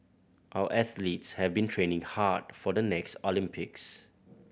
our athletes have been training hard for the next Olympics